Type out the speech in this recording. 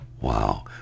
Wow